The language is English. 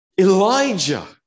Elijah